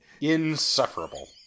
insufferable